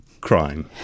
crime